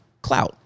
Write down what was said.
clout